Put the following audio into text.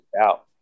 out